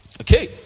Okay